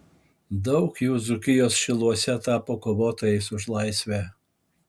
daug jų dzūkijos šiluose tapo kovotojais už laisvę